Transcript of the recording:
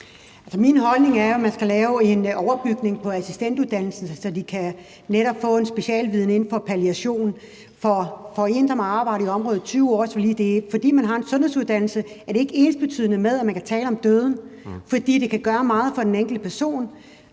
Min holdning er, at man skal lave en overbygning på assistentuddannelsen, så de netop kan få en specialviden inden for palliation. I forhold til en, som har arbejdet på området i 20 år, vil jeg sige, at fordi man har en sundhedsuddannelse, er det ikke ensbetydende med, at man kan tale om døden, for det kan betyde meget for den enkelte person.